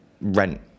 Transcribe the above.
rent